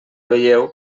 veieu